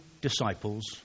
disciples